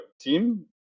team